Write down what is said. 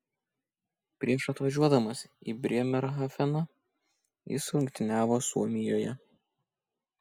prieš atvažiuodamas į brėmerhafeną jis rungtyniavo suomijoje